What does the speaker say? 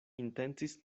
intencis